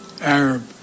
Arab